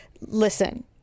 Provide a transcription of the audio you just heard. listen